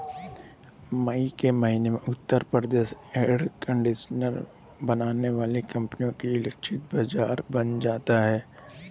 मई के महीने में उत्तर प्रदेश एयर कंडीशनर बनाने वाली कंपनियों के लिए लक्षित बाजार बन जाता है